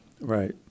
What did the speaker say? right